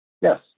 Yes